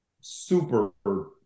super